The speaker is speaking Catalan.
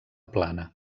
plana